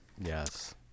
Yes